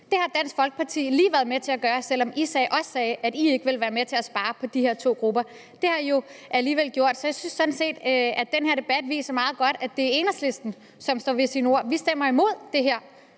Det har Dansk Folkeparti lige været med til at gøre, selv om Dansk Folkeparti også sagde, at man ikke ville være med til at spare på de her to grupper. Det har man jo alligevel gjort. Så jeg synes sådan set, at den her debat meget godt viser, at det er Enhedslisten, som står ved sit ord. Vi stemmer imod det her